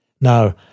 Now